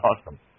Awesome